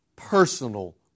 personal